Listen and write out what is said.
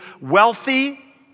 wealthy